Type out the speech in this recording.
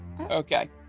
Okay